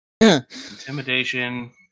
intimidation